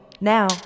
Now